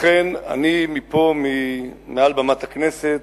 לכן אני מפה, מעל במת הכנסת,